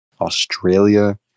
Australia